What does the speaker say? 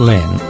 Len